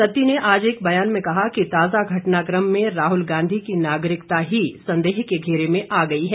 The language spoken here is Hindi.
सत्ती ने आज एक बयान में कहा कि ताज़ा घटनाकम में राहुल गांधी की नागरिकता ही संदेह के घेरे में आ गई है